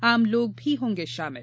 आम लोग भी होंगे शामिल